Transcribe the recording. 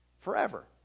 Forever